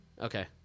Okay